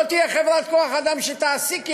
לא תהיה חברת כוח-אדם שתעסיק עוד.